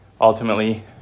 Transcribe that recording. ultimately